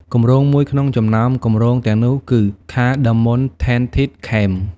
គម្រោងមួយក្នុងចំណោមគម្រោងទាំងនោះគឺ Cardamom Tented Camp។